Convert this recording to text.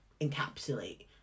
encapsulate